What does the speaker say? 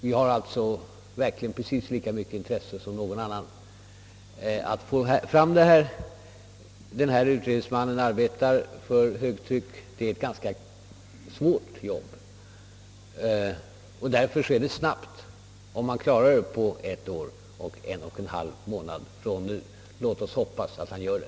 Vi har alltså verkligen precis lika mycket intresse som någon annan av att få fram ett resultat av utredningen. Utredningsmannen arbetar för högtryck. Det är här fråga om ett ganska svårt arbete och därför har han arbetat snabbt, om han klarar det på ett år och en och en halv månad. Låt oss hoppas att han gör det.